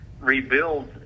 rebuild